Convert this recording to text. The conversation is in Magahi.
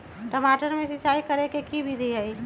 टमाटर में सिचाई करे के की विधि हई?